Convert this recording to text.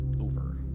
over